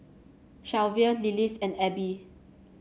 Shelvia Lillis and Abe